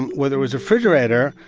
and whether it was a refrigerator,